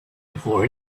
before